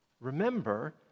Remember